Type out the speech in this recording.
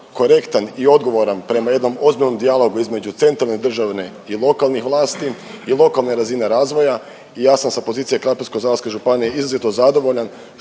korektan i odgovoran prema jednom ozbiljnom dijalogu između centralne državne i lokalnih vlasti i lokalne razine razvoja i ja sam sa pozicije Krapinsko-zagorske županije izrazito zadovoljan